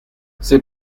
c’est